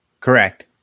correct